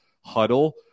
huddle